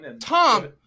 Tom